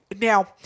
Now